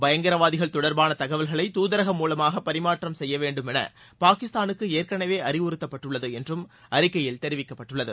பயங்கரவாதிகள் தொடர்பான தகவல்களை தூதரகம் மூலமாக பரிமாற்றம் செய்ய வேண்டும் என பாகிஸ்தானுக்கு ஏற்கனவே அறிவுறுத்தப்பட்டுள்ளது என்றும் அறிக்கையில் தெரிவிக்கப்பட்டுள்ளது